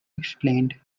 explained